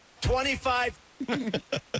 Twenty-five